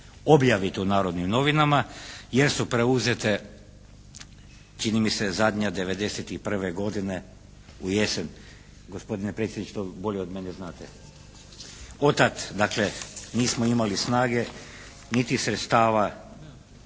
objaviti u "Narodnim novinama" jer su preuzete čini mi se zadnja 1991. godine u jesen, gospodine predsjedniče vi to bolje od mene znate. Od tad dakle nismo imali snage niti sredstava